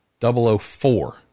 004